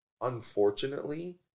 unfortunately